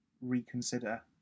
reconsider